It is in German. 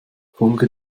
folge